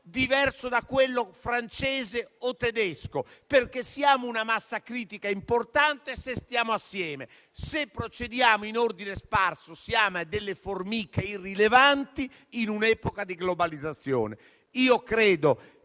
diverso da quello francese o tedesco, perché siamo una massa critica importante se stiamo assieme. Se procediamo in ordine sparso siamo formiche irrilevanti in un'epoca di globalizzazione. Credo